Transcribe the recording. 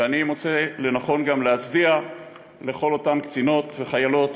ואני מוצא לנכון גם להצדיע לכל אותן קצינות וחיילות,